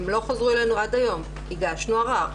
הם לא חזרו אלינו עד היום, הגשנו ערר.